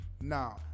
Now